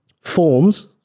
Forms